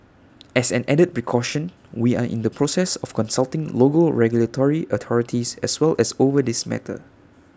as an added precaution we are in the process of consulting local regulatory authorities as well as over this matter